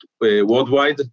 worldwide